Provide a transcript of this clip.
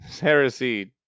Heresy